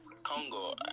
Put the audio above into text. Congo